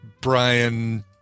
Brian